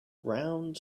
round